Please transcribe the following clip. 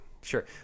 sure